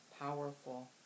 powerful